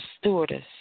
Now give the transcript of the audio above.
stewardess